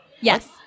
Yes